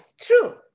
True